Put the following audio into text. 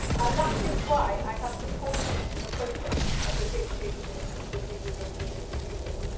and that is why i have supported the process of negotiation with the european union.